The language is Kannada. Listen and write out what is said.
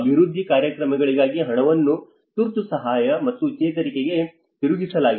ಅಭಿವೃದ್ಧಿ ಕಾರ್ಯಕ್ರಮಗಳಿಗಾಗಿ ಹಣವನ್ನು ತುರ್ತು ಸಹಾಯ ಮತ್ತು ಚೇತರಿಕೆಗೆ ತಿರುಗಿಸಿಲಾಗಿದೆ